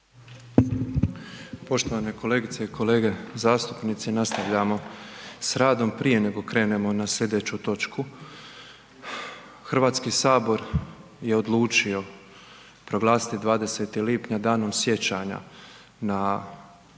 Poštovane kolegice i kolege zastupnici, nastavljamo s radom, prije nego krenemo na slijedeću točku, Hrvatski sabor je odlučio proglasiti 20. lipnja Danom sjećanja na lipanjske